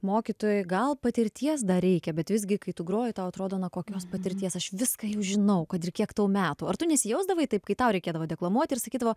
mokytojai gal patirties dar reikia bet visgi kai tu groji tau atrodo na kokios patirties aš viską jau žinau kad ir kiek tau metų ar tu nesijausdavai taip kai tau reikėdavo deklamuoti ir sakydavo